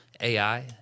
AI